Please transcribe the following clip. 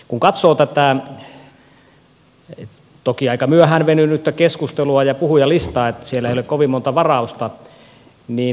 kun katsoo tätä toki aika myöhään venynyttä keskustelua ja puhujalistaa siellä ei ole kovin montaa varausta